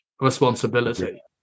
responsibility